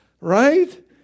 Right